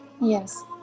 yes